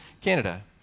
Canada